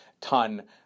ton